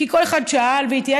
כי כל אחד שאל והתייעץ,